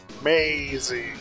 amazing